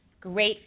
great